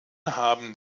haben